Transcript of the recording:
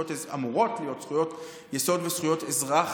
אמורות להיות זכויות יסוד וזכויות אזרח